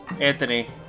Anthony